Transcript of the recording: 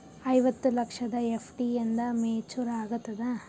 ಐವತ್ತು ಲಕ್ಷದ ಎಫ್.ಡಿ ಎಂದ ಮೇಚುರ್ ಆಗತದ?